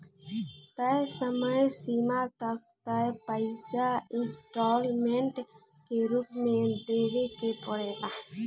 तय समय सीमा तक तय पइसा इंस्टॉलमेंट के रूप में देवे के पड़ेला